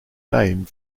named